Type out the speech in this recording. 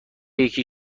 یکی